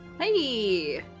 Hey